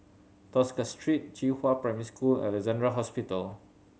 Tosca Street Qihua Primary School and Alexandra Hospital